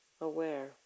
aware